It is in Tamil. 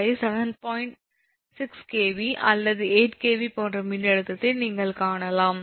6 𝑘𝑉 அல்லது 8 𝑘𝑉 போன்ற மின்னழுத்தத்தை நீங்கள் காணலாம்